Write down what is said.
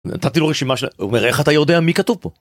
נתתי לו רשימה של אומר איך אתה יודע מי כתוב פה.